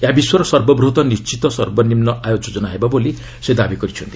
ଏହା ବିଶ୍ୱର ସର୍ବବୃହତ୍ ନିଣ୍ଚିତ ସର୍ବନିମ୍ବ ଆୟ ଯୋଜନା ହେବ ବୋଲି ସେ ଦାବି କରିଚ୍ଛନ୍ତି